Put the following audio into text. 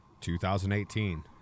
2018